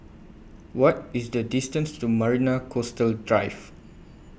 What IS The distance to Marina Coastal Drive